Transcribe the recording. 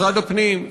משרד הפנים,